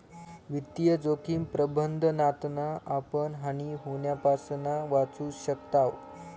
वित्तीय जोखिम प्रबंधनातना आपण हानी होण्यापासना वाचू शकताव